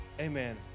Amen